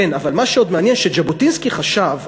אבל מה שמעניין שז'בוטינסקי חשב,